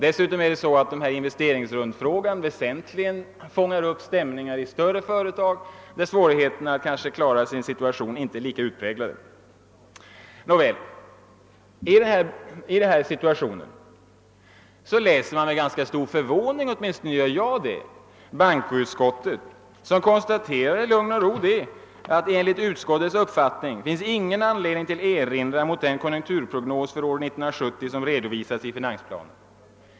Dessutom uppfångar dessa rundfrågor väsentligen stämningar i större företag där svårigheterna att klara situationen kanske inte är lika ut präglade. Nåväl, i denna situation läser man med ganska stor förvåning — åtmins tone gör jag det — att bankoutskottet i lugn och ro konstaterar att det enligt utskottets uppfattning inte finns någon anledning till erinran mot den konjunkturprognos för år 1970 som redovisas i finansplanen.